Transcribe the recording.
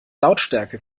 lautstärke